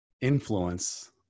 influence